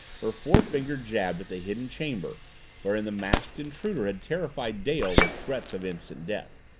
her forefinger jabbed at the hidden chamber wherein the masked intruder had terrified dale with threats of instant death.